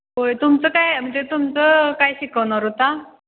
होय तुमचं काय म्हणजे तुमचं काय शिकवणार होता